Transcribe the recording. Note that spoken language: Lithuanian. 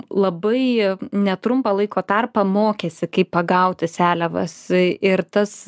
labai netrumpą laiko tarpą mokėsi kaip pagauti seliavas ir tas